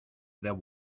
there